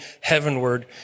heavenward